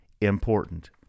important